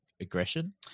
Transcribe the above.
aggression